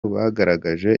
bagaragaje